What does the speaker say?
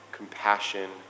compassion